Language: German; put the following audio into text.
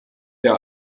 der